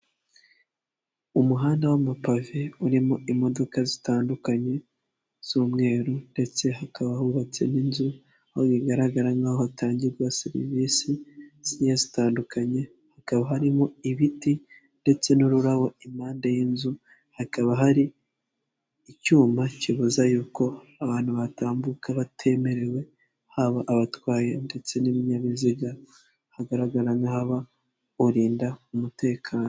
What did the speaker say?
Umuhanda w'amapave urimo imodoka zitandukanye z'umweru ndetse hakaba hubatse n'inzu, aho bigaragara nkaho hatangirwa serivisi zigiye zitandukanye, hakaba harimo ibiti ndetse n'ururabo impande y'inzu, hakaba hari icyuma kibuza yuko abantu batambuka batemerewe haba abatwaye ndetse n'ibinyabiziga, hagaragara nk'ahaba urinda umutekano.